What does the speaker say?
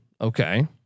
Okay